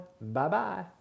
Bye-bye